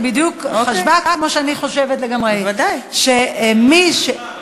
היא בדיוק חשבה כמו שאני חושבת, לגמרי, בוודאי.